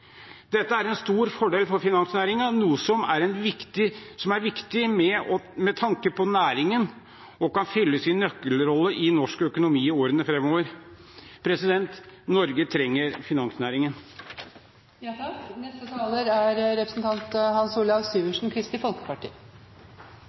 Dette er en stor fordel for finansnæringen – noe som er viktig med tanke på næringen – som kan fylle sin nøkkelrolle i norsk økonomi i årene framover. Norge trenger